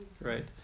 right